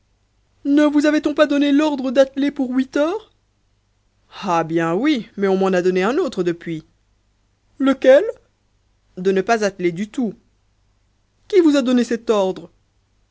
ne vous avait-on pas donné l'ordre d'atteler pour huit heures ah bien oui mais on m'en a donné un autre depuis lequel de ne pas atteler du tout qui vous a donné cet ordre